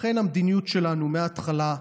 לכן, המדיניות שלנו מההתחלה,